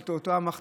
את אותה מכת"זית,